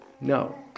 No